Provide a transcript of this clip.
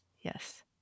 Yes